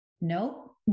nope